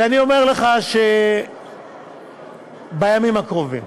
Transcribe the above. ואני אומר לך שבימים הקרובים,